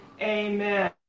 Amen